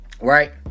Right